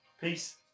Peace